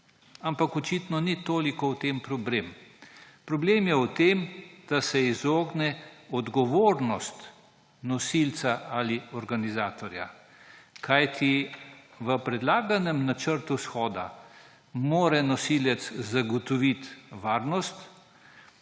Ampak očitno ni toliko v tem problem. Problem je v tem, da se izogne odgovornost nosilca ali organizatorja, kajti v predlaganem načrtu shoda mora nosilec zagotoviti varnost